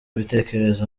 ibitekerezo